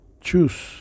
choose